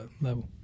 level